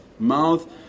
mouth